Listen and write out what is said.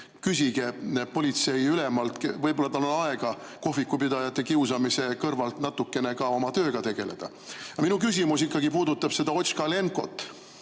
küsige politseiülemalt, võib-olla tal on aega kohvikupidajate kiusamise kõrval natukene ka oma tööga tegeleda. Minu küsimus ikkagi puudutab seda Otškalenkot.